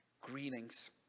greetings